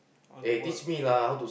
all the work